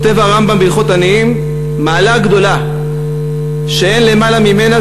כותב הרמב"ם בהלכות מתנות עניים: "מעלה גדולה שאין למעלה ממנה,